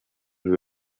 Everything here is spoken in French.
veux